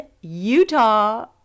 Utah